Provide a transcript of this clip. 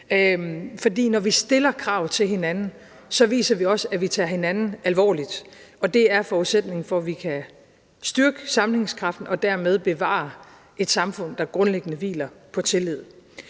for når vi stiller krav til hinanden, viser vi også, at vi tager hinanden alvorligt, og det er forudsætningen for, at vi kan styrke sammenhængskraften og dermed bevare et samfund, der grundlæggende hviler på tillid.